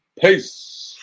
Peace